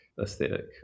aesthetic